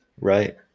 right